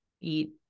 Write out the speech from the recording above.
eat